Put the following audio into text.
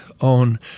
on